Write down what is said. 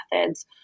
methods